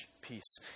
peace